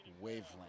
wavelength